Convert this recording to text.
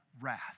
wrath